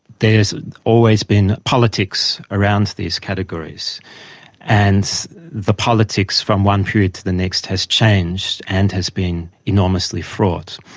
there's always been politics around these categories and the politics from one period to the next has changed and has been enormously fraught.